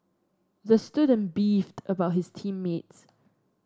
the student beefed about his team mates